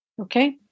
Okay